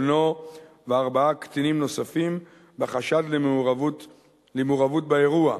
בנו וארבעה קטינים נוספים בחשד למעורבות באירוע.